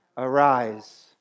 Arise